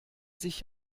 sich